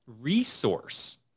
resource